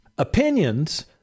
Opinions